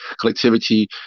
collectivity